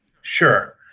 Sure